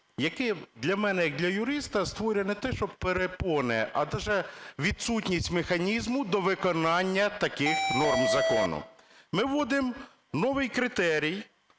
яке для мене як для юриста створює не те щоб перепони, а навіть відсутність механізму до виконання таких норм закону. Ми вводимо новий критерій